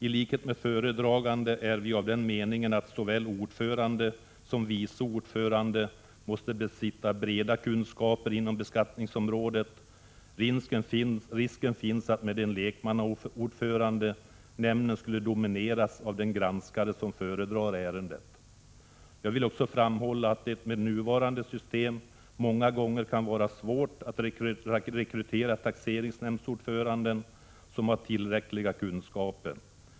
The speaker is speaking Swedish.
I likhet med föredraganden är vi av den meningen att såväl ordförande som vice ordförande måste besitta breda kunskaper inom beskattningsområdet. Risken finns att nämnden med en lekmannaordförande skulle domineras av den granskare som föredrar ärendet. Jag vill också framhålla att det med nuvarande system många gånger kan vara svårt att rekrytera taxeringsnämndsordförande som har tillräckliga kunskaper.